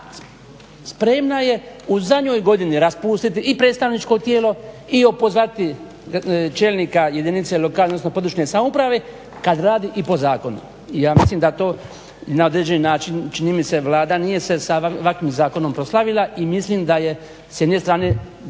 spremna je u zadnjoj godini raspustiti i predstavničko tijelo i opozvati čelnika jedinice lokalne, odnosno područne samouprave kad radi i po zakonu. Ja mislim da to na određeni način čini mi se Vlada nije se sa ovakvim zakonom proslavila. I mislim da je s jedne strane